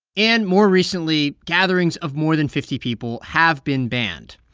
and more recently, gatherings of more than fifty people have been banned.